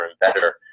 better